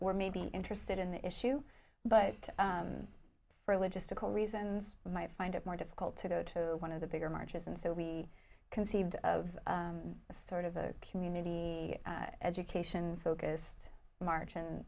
were maybe interested in the issue but for logistical reasons might find it more difficult to go to one of the bigger marches and so we conceived of a sort of a community education focused margin and